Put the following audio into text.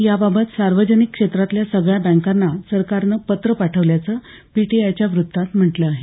या बाबत सार्वजनिक क्षेत्रातल्या सगळ्या बँकांना सरकारनं पत्र पाठवल्याचं पीटीआयच्या वृत्तात म्हटलं आहे